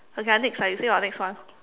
okay ah next ah you say your next one